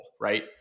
Right